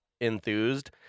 enthused